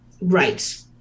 Right